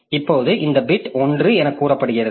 இப்போது இந்த பிட் 1 எனக் கூறப்படுகிறது